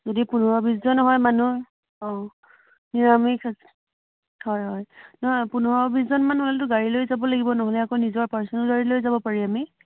যদি পোন্ধৰ বিশজন হয় মানুহ অ' নিৰামিষ আছে হয় হয় নহয় পোন্ধৰ বিশজনমান হ'লেতো গাড়ী লৈ যাব লাগিব নহ'লে আকৌ নিজৰ পাৰ্চনেল গাড়ী লৈ যাব পাৰি আমি